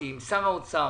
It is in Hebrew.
מול הצהרונים,